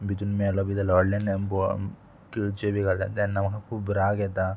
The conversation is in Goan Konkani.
भितून मेलो बी जाल्यार व्हडल्यान बोवाळ किळचे बी घालता तेन्ना म्हाका खूब राग येता